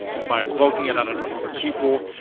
and by evoking it out of other people,